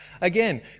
Again